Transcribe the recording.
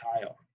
tile